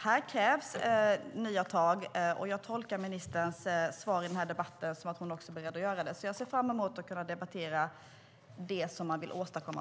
Här krävs alltså nya tag, och jag tolkar ministerns svar i debatten som att hon också är beredd att ta dem. Jag ser fram emot att debattera de förändringar man vill åstadkomma.